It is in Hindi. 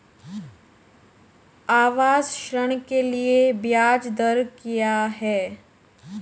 आवास ऋण के लिए ब्याज दर क्या हैं?